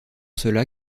cela